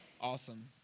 Awesome